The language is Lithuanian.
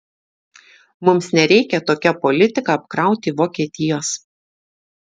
mums nereikia tokia politika apkrauti vokietijos